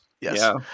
Yes